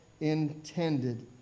intended